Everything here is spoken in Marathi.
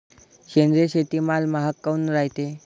सेंद्रिय शेतीमाल महाग काऊन रायते?